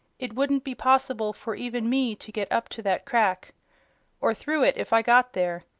it wouldn't be possible for even me to get up to that crack or through it if i got there.